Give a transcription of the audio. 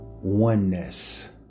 Oneness